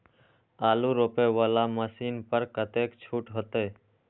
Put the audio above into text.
आलू रोपे वाला मशीन पर कतेक छूट होते?